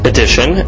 Edition